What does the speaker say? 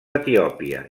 etiòpia